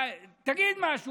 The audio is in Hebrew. תגיד משהו.